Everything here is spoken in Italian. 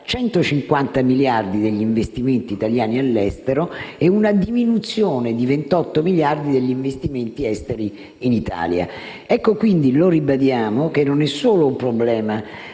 150 miliardi di euro degli investimenti italiani all'estero e una diminuzione di 28 miliardi degli investimenti esteri in Italia. Ribadiamo quindi che non è solo un problema